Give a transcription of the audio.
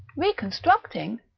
reconstructing!